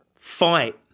fight